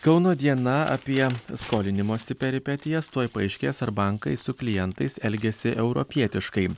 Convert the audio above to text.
kauno diena apie skolinimosi peripetijas tuoj paaiškės ar bankai su klientais elgiasi europietiškai